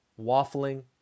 waffling